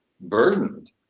burdened